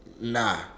Nah